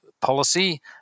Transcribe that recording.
Policy